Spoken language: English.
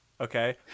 Okay